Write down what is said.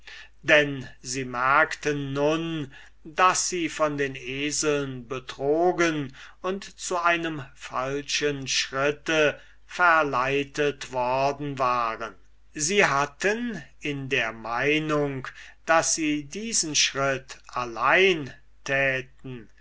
denn sie merkten nun daß sie von den eseln betrogen und zu einem falschen schritt verleitet worden waren sie hatten in der meinung daß sie diesen schritt allein täten